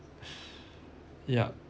yup